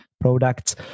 products